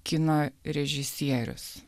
kino režisierius